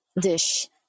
dish